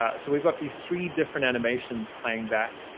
ah so we've got these three different animations playing back.